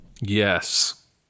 Yes